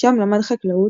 שם למד חקלאות,